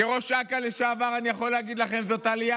כראש אכ"א לשעבר אני יכול להגיד לכם שזאת עלייה